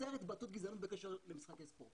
אוסר התבטאות גזענית בקשר למשחקי ספורט